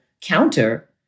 counter